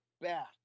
back